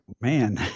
man